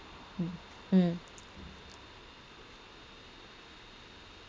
mm mm